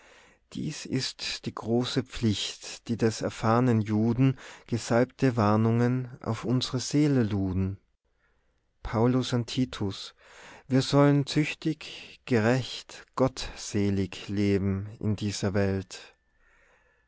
dies ist die größte pflicht die des erfahrnen juen gesalbte warnungen auf unsre seele luden paulus an titus wir sollen züchtig gerecht gottselig leben in dieser welt